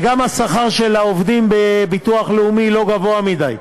וגם השכר של העובדים בביטוח לאומי לא גבוה מדי.